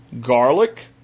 garlic